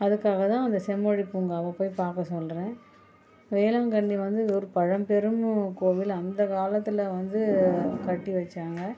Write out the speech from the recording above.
அதுக்காக தான் அந்த செம்மொழி பூங்காவை போய் பார்க்க சொல்கிறேன் வேளாங்கண்ணி வந்து ஒரு பழம்பெரும் கோவில் அந்த காலத்தில் வந்து கட்டி வச்சாங்க